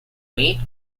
meat